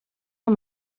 amb